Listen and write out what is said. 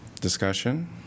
Discussion